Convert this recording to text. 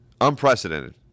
Unprecedented